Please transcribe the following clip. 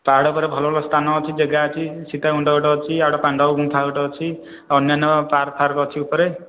ପାହାଡ଼ ଉପରେ ଭଲ ଭଲ ସ୍ଥାନ ଅଛି ଜାଗା ଅଛି ସୀତା କୁଣ୍ଡ ଗୋଟେ ଅଛି ପାଣ୍ଡାବ ଗୁମ୍ଫା ଗୋଟେ ଅଛି ଅନ୍ୟାନ୍ୟ ପାର୍କ ଫାର୍କ ଅଛି ଉପରେ